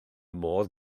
modd